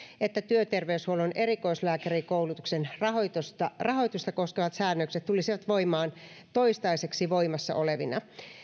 että työterveyshuollon erikoislääkärikoulutuksen rahoitusta rahoitusta koskevat säännökset tulisivat voimaan toistaiseksi voimassa olevina